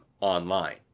online